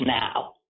now